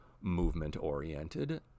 movement-oriented